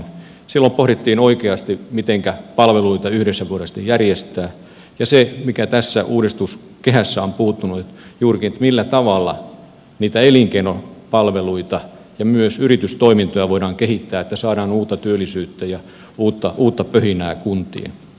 silloin pohdittiin oikeasti mitenkä palveluita yhdessä voidaan sitten järjestää ja mikä tässä uudistuskehässä on puuttunut millä tavalla niitä elinkeinopalveluita ja myös yritystoimintoja voidaan kehittää että saadaan uutta työllisyyttä ja uutta pöhinää kuntiin